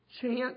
chance